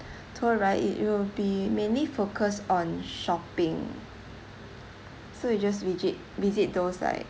tour right it will be mainly focus on shopping so you just visit those like